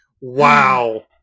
wow